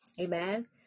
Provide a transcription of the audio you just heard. Amen